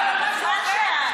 אבל הצבענו על משהו אחר.